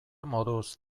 moduz